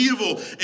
evil